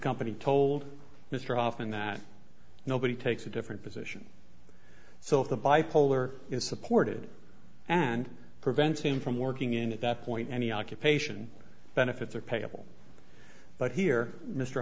company told mr often that nobody takes a different position so if the bipolar is supported and prevents him from working in at that point any occupation benefits are payable but here mr